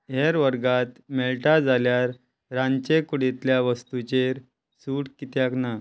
हेर वर्गात मेळटा जाल्यार रांदचे कुडींतल्या वस्तूचेर सूट कित्याक ना